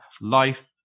life